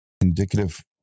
indicative